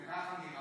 זה ככה נראה.